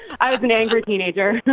i was an angry teenager